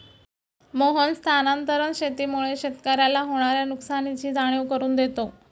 मोहन स्थानांतरण शेतीमुळे शेतकऱ्याला होणार्या नुकसानीची जाणीव करून देतो